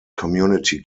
community